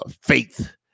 faith